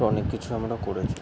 অনেক কিছু আমরা করেছি